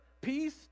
peace